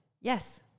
yes